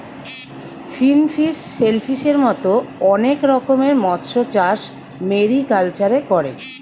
finfish, শেলফিসের মত অনেক রকমের মৎস্যচাষ মেরিকালচারে করে